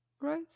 right